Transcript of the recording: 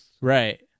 right